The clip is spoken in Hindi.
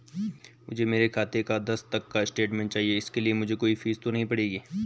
मुझे मेरे खाते का दस तक का स्टेटमेंट चाहिए इसके लिए मुझे कोई फीस तो नहीं पड़ेगी?